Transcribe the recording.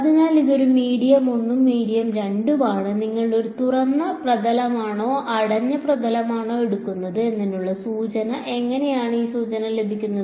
അതിനാൽ ഇതൊരു മീഡിയം 1 ഉം 2 ഉം ആണ് നിങ്ങൾ തുറന്ന പ്രതലമാണോ അടഞ്ഞ പ്രതലമാണോ എടുക്കുന്നത് എന്നതിനുള്ള സൂചന എങ്ങനെയാണ് ആ സൂചന ലഭിക്കുക